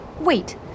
Wait